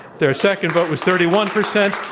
their second vote was thirty one percent.